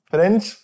French